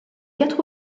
quatre